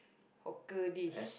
hawker dish